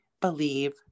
believe